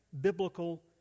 biblical